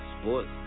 Sports